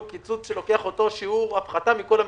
הוא קיצוץ שלוקח אותו שיעור הפחתה מכל המשרדים,